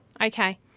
Okay